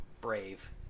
Brave